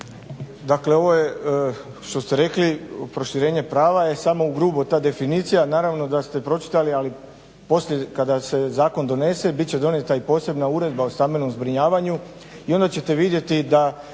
Dakle ovo je što ste rekli proširenje prava je samo u grubo ta definicija, naravno da ste pročitali ali poslije kada se zakon donese bit će donijeta i posebna uredba o stambenom zbrinjavanju i onda ćete vidjeti da